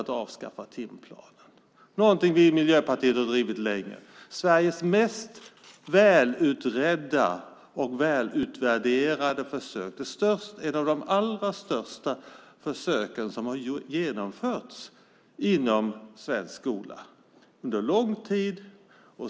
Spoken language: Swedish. Det är något som vi i Miljöpartiet har drivit länge. Det är Sveriges mest välutredda och välutvärderade försök, ett av de allra största försöken som har genomförts inom svensk skola under lång tid.